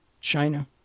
China